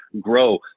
grow